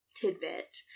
tidbit